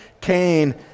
Cain